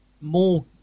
more